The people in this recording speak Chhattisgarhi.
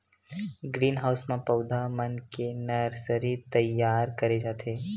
ग्रीन हाउस म पउधा मन के नरसरी तइयार करे जाथे